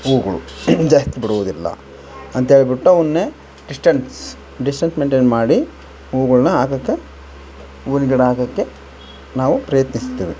ಹೂವುಗಳು ಜಾಸ್ತಿ ಬಿಡುವುದಿಲ್ಲ ಅಂತೇಳ್ಬಿಟ್ಟು ಅವನ್ನೆ ಡಿಸ್ಟೆನ್ಸ್ ಡಿಸ್ಟೆನ್ಸ್ ಮೆಂಟೈನ್ ಮಾಡಿ ಹೂಗಳ್ನ ಹಾಕೋಕೆ ಹೂವಿನ್ ಗಿಡ ಹಾಕೋಕೆ ನಾವು ಪ್ರಯತ್ನಿಸ್ತೇವೆ